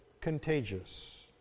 contagious